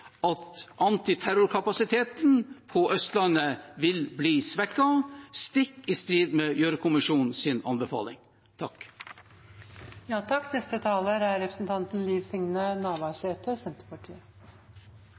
at antiterrorkapasiteten på Østlandet vil bli svekket, stikk i strid med Gjørv-kommisjonens anbefaling.